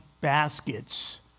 baskets